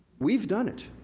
we've done it.